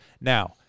now